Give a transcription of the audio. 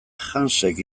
hansek